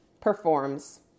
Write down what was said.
performs